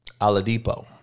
Aladipo